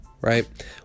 right